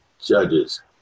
judges